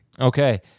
Okay